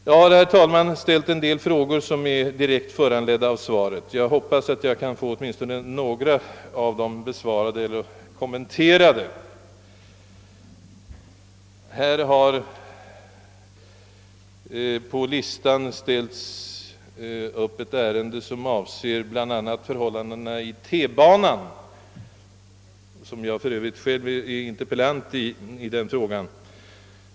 Jag har ställt en del frågor, direkt föranledda av svaret; jag hoppas att jag kan få åtminstone några av dem besvarade eller kommenterade. På dagens föredragningslista finns ett ärende som avser bl.a. förhållandena i tunnelbanan — jag har för övrigt själv interpellerat i denna fråga.